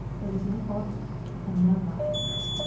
there was no body and no mattress.